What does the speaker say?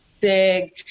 big